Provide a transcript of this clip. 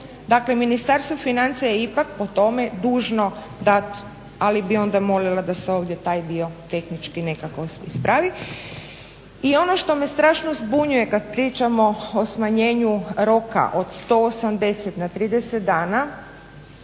Dakle, Ministarstvo financija je ipak o tome dužno dati, ali bih onda molila da se ovdje taj dio tehnički nekako ispravi. I ono što me strašno zbunjuje kad pričamo o smanjenju roka od 180 na 30 dana